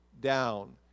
down